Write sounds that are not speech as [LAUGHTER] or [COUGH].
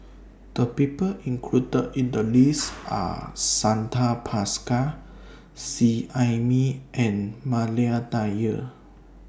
The People included in The list Are [NOISE] Santha Bhaskar Seet Ai Mee and Maria Dyer